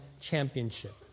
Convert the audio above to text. championship